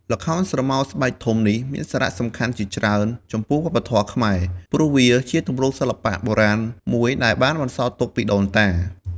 ល្ខោនស្រមោលស្បែកធំនេះមានសារៈសំខាន់ជាច្រើនចំពោះវប្បធម៌ខ្មែរ ព្រោះវាជាទម្រង់សិល្បៈបុរាណមួយដែលបានបន្សល់ទុកពីដូនតា។